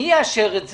מי יאשר את זה?